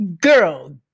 Girl